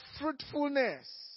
fruitfulness